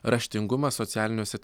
raštingumas socialiniuose